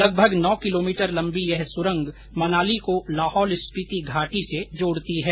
लगभग नौ किलोमीटर लंबी यह सुरंग मनाली को लाहौल स्पीति घाटी से जोड़ती है